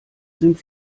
sind